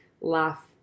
laugh